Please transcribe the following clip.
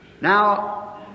Now